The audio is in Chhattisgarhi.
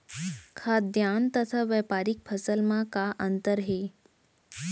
खाद्यान्न तथा व्यापारिक फसल मा का अंतर हे?